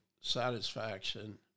satisfaction